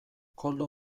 koldo